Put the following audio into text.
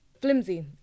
flimsy